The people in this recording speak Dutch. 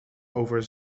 over